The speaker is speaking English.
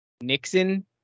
Nixon